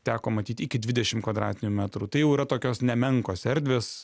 teko matyt iki dvidešimt kvadratinių metrų tai jau yra tokios nemenkos erdvės